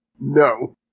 No